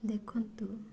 ଦେଖନ୍ତୁ